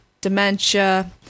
dementia